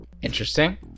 Interesting